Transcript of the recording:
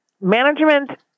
management